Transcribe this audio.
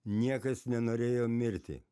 niekas nenorėjo mirti